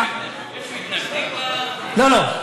יש מתנגדים לזה?